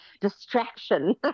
distraction